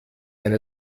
eine